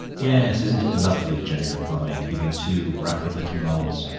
yes, isn't it lovely? jenny replied, giving two rapid little nods.